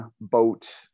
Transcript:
boat